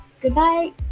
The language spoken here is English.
Goodbye